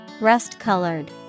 Rust-colored